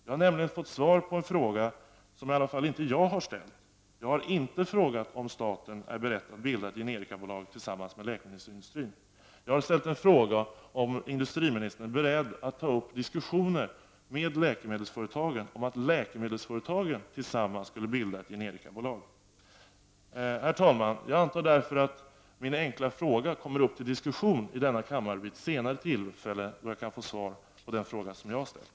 Jag har nämligen fått svar på en fråga som i alla fall inte jag har ställt. Jag har inte frågat om staten är beredd att bilda ett generikabolag tillsammans med läkemedelsindustrin. Jag har ställt en fråga om ifall industriministern är beredd att ta upp diskussionen med läkemedelsföretagen om att läkemedelsföretagen tillsammans skulle bilda ett generikabolag. Herr talman! Jag antar därför att min enkla fråga kommer upp till diskussion i denna kammare vid ett senare tillfälle, då jag kan få svar på den fråga som jag har ställt.